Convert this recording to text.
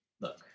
Look